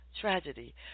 tragedy